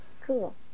Cool